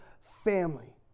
family